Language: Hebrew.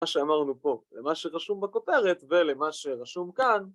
מה שאמרנו פה, למה שרשום בכותרת ולמה שרשום כאן